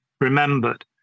remembered